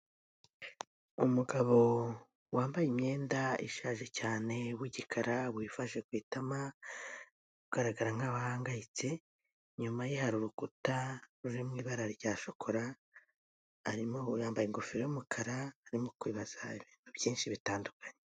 Umugabo wambaye imyenda ishaje cyane w'igikara wifashe ku itama ugaragara nkaho ahangayitse, inyuma ye hari urukuta ruri mu ibara rya shokora, arimo yambaye ingofero y'umukara arimo kwibaza ibintu byinshi bitandukanye.